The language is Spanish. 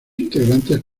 integrantes